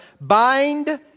bind